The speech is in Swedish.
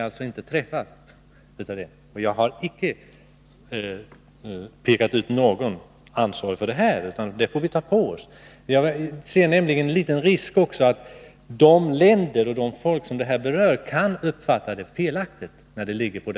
Därför känner jag mig inte heller träffad av vad Stig Alemyr sade. Jag ser bara en viss risk i att de länder och folk som berörs kan få en felaktig uppfattning.